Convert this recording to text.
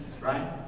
Right